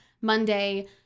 Monday